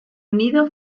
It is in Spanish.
unido